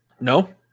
no